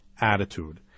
attitude